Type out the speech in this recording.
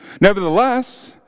Nevertheless